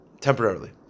Temporarily